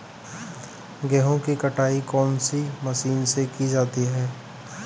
गेहूँ की कटाई कौनसी मशीन से की जाती है?